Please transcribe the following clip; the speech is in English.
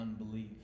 unbelief